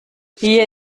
hier